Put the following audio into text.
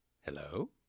Hello